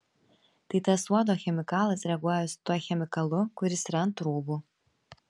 tai tas uodo chemikalas reaguoja su tuo chemikalu kuris yra ant rūbų